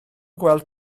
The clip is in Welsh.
gweld